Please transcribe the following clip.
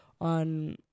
on